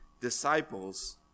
disciples